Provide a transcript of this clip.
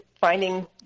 finding